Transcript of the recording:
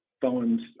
phones